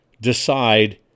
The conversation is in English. decide